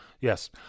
Yes